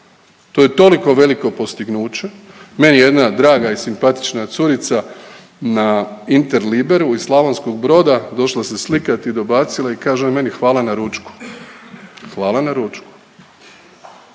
To je toliko veliko postignuće. Meni je jedna draga i simpatična curica na Interliberu iz Slavonskog Broda došla se slikati i dobacila i kaže ona meni hvala na ručku, hvala na ručku,